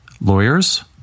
lawyers